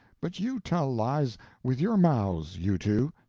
but you tell lies with your mouths you two.